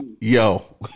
Yo